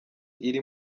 iri